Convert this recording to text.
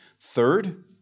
Third